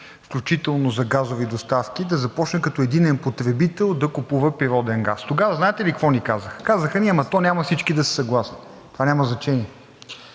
включително за газови доставки, да започне като единен потребител да купува природен газ. Тогава знаете ли какво ни казаха? Казаха ни: ама то няма всички да са съгласни. Това няма значение.